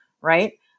right